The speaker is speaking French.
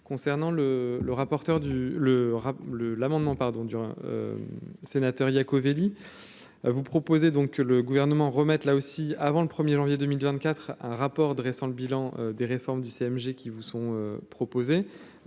du le le l'amendement pardon du sénateur Iacovelli vous proposez donc que le Gouvernement remette, là aussi, avant le 1er janvier 2024 un rapport dressant le bilan des réformes du CMG qui vous sont proposés,